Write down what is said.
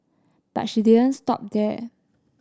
but she didn't stop there